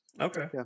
Okay